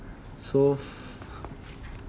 so for